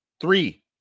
Three